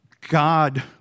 God